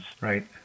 Right